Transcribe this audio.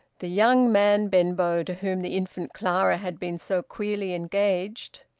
the young man benbow to whom the infant clara had been so queerly engaged,